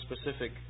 specific